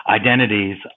identities